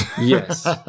Yes